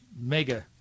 mega